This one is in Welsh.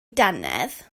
dannedd